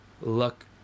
luck